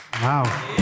Wow